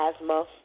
asthma